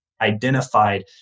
identified